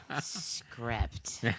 script